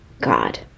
God